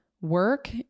work